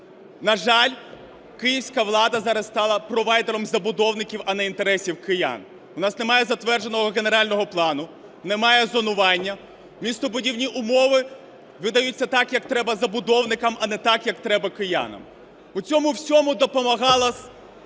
На жаль, київська влада зараз стала провайдером забудовників, а не інтересів киян. У нас немає затвердженого генерального плану, немає зонування. Містобудівні умови видаються так, як треба забудовникам, а не так, як треба киянам. У цьому всьому допомагала,